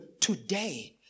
today